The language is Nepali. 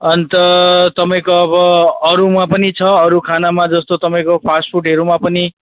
अन्त तपाईँको अब अरूमा पनि छ अरू खानामा जस्तो तपाईँको फास्टफुडहरूमा पनि